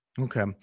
Okay